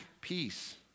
peace